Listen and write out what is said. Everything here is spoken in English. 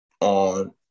on